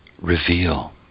reveal